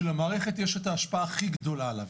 שלמערכת יש את ההשפעה הכי גדולה עליו,